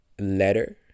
letter